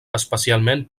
especialment